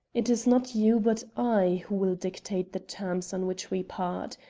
it is not you, but i, who will dictate the terms on which we part.